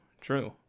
true